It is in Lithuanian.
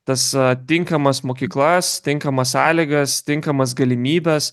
tas tinkamas mokyklas tinkamas sąlygas tinkamas galimybes